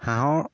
হাঁহৰ